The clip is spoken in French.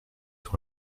sur